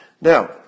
Now